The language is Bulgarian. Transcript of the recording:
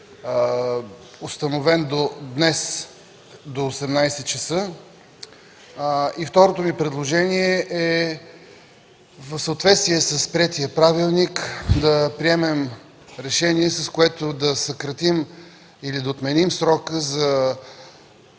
установен до днес, до 18,00 часа. Второто ми предложение е в съответствие с приетия правилник да приемем решение, с което да съкратим или отменим срока от